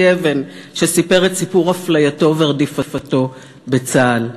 אבן שסיפר את סיפור אפלייתו ורדיפתו בצה"ל.